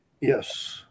Yes